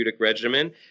regimen